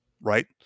right